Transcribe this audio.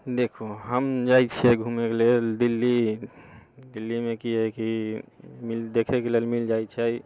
देखु हम जाइत छियै घूमैके लेल दिल्ली दिल्लीमे की है कि मिल देखैके लेल मिल जाइत छै